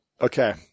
Okay